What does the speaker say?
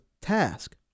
task